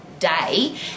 day